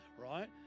right